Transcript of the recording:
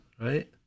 right